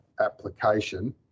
application